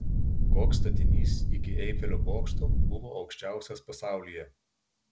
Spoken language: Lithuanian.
koks statinys iki eifelio bokšto buvo aukščiausias pasaulyje